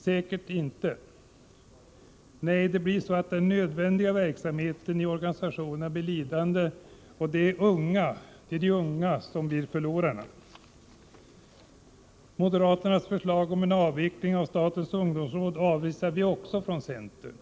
Säkert inte. Nej, det blir den nödvändiga verksamheten i organisationerna som blir lidande, och de unga blir förlorarna. Moderaternas förslag om avveckling av statens ungdomsråd avvisas också av oss från centern.